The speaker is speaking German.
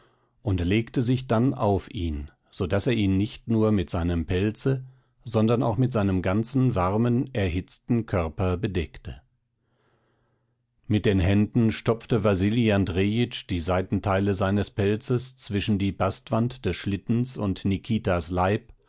und legte sich dann auf ihn so daß er ihn nicht nur mit seinem pelze sondern auch mit seinem ganzen warmen erhitzten körper bedeckte mit den händen stopfte wasili andrejitsch die seitenteile seines pelzes zwischen die bastwand des schlittens und nikitas leib